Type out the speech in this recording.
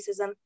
racism